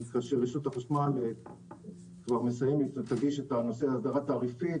כאשר רשות החשמל כבר מסיימת ותגיש את הנושא של הסדרה תעריפית,